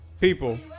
people